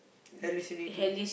hallucinating